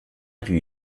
lui